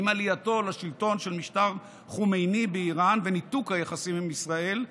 עם עלייתו לשלטון של משטר חומייני באיראן וניתוק היחסים עם ישראל,